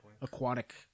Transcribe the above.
aquatic